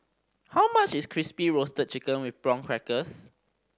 how much is Crispy Roasted Chicken with Prawn Crackers